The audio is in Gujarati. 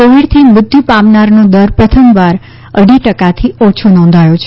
કોવિડથી મૃત્યુ પામનારનો દર પ્રથમવાર અઢી ટકાથી ઓછો નોંધાયો છે